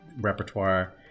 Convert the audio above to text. repertoire